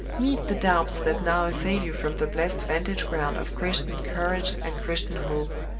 meet the doubts that now assail you from the blessed vantage-ground of christian courage and christian hope